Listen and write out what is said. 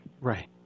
Right